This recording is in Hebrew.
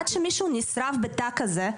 עד שמישהו נשרף בתא כזה.